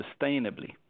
sustainably